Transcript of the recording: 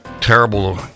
terrible